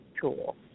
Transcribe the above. tool